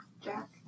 Jack